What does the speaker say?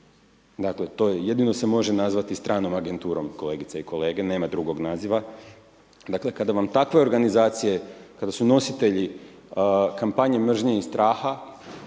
dakle to jedino se može nazvati stranom agenturom, kolegice i kolege, nema drugog naziva. Dakle kada vam takve organizacije, kada su nositelji kampanje mržnje i straha,